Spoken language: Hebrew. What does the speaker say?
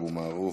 אבו מערוף,